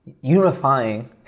unifying